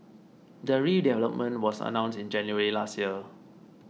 the redevelopment was announced in January last year